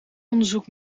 onderzoek